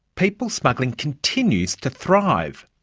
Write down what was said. people smuggling continues to thrive.